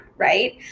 right